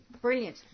Brilliant